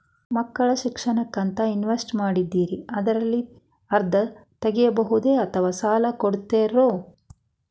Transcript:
ಮಕ್ಕಳ ಶಿಕ್ಷಣಕ್ಕಂತ ಇನ್ವೆಸ್ಟ್ ಮಾಡಿದ್ದಿರಿ ಅದರಲ್ಲಿ ಅರ್ಧ ತೊಗೋಬಹುದೊ ಅಥವಾ ಸಾಲ ಕೊಡ್ತೇರೊ?